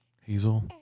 hazel